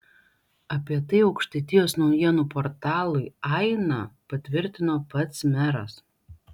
apie tai aukštaitijos naujienų portalui aina patvirtino pats meras